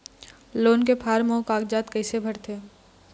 Loan के form अऊ कागजात कइसे भरथें?